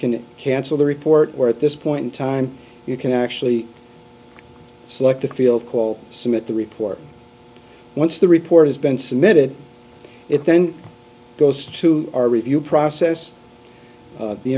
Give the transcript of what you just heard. can cancel the report where at this point in time you can actually select a field call submit the report once the report has been submitted it then goes to our review process